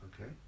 Okay